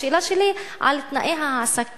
השאלה שלי היא על תנאי העסקה,